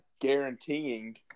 guaranteeing